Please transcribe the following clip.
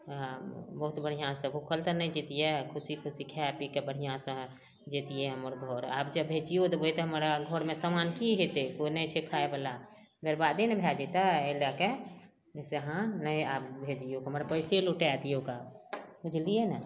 हँ बहुत बढ़िऑंसँ भूखल तऽ नहि जैतियै खुशी खुशी खाए पिके बढ़िऑं सँ जैतियै हमर घर आब जे भेजियो देबै तऽ हमरा घरमे समान की हेतै कोइ नहि छै खाय बला बेरबादे ने भए जेतै अइ लऽ के जै से अहाँ नै आब भेजियौ हमर पैसे लौटा दियौ कऽ बुझलियै ने